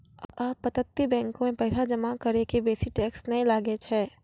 अपतटीय बैंको मे पैसा जमा करै के बेसी टैक्स नै लागै छै